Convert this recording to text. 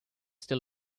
still